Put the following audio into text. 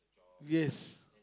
yes